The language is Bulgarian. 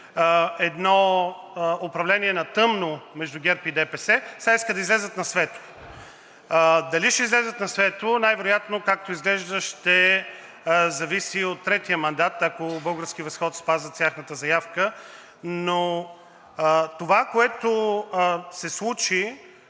едно управление на тъмно между ГЕРБ и ДПС, сега искат да излязат на светло. Дали ще излязат на светло? Най-вероятно, както изглежда, ще зависи от третия мандат, ако „Български възход“ спазят тяхната заявка, но това, което се случи